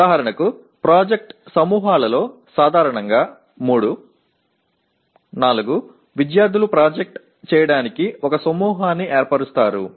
ఉదాహరణకు ప్రాజెక్ట్ సమూహాలలో సాధారణంగా 3 4 విద్యార్థులు ప్రాజెక్ట్ చేయడానికి ఒక సమూహాన్ని ఏర్పరుస్తారు